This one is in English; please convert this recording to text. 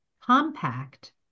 compact